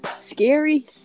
scary